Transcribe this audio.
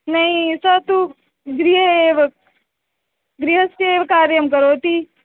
न ही सः तु गृहे एव गृहस्य एव कार्यं करोति